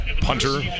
Punter